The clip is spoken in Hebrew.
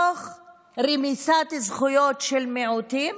תוך רמיסת זכויות של מיעוטים